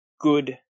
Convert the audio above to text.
good